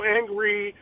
angry